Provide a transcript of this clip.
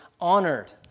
honored